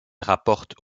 rapporte